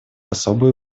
особую